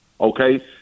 Okay